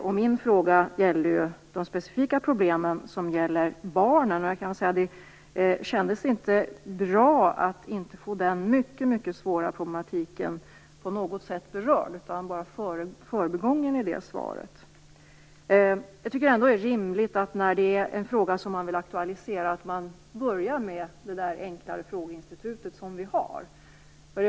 Min fråga gällde de specifika problemen för barnen. Det kändes inte bra att den mycket svåra problematiken inte berördes på något sätt utan bara förbigicks i det svaret. Jag tycker att det är rimligt att man börjar med vårt enklare frågesinstitut när man vill aktualisera en fråga.